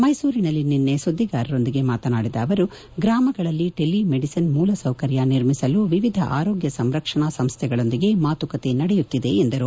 ಮ್ಸೆಸೂರಿನಲ್ಲಿ ನಿನ್ನೆ ಸುದ್ಲಿಗಾರರೊಂದಿಗೆ ಮಾತನಾಡಿದ ಅವರು ಗ್ರಾಮಗಳಲ್ಲಿ ಟೆಲಿ ಮೆಡಿಸಿನ್ ಮೂಲಸೌಕರ್ಯ ನಿರ್ಮಿಸಲು ವಿವಿಧ ಆರೋಗ್ಲ ಸಂರಕ್ಷಣಾ ಸಂಸ್ಲೆಗಳೊಂದಿಗೆ ಮಾತುಕತೆ ನಡೆಯುತ್ತಿದೆ ಎಂದರು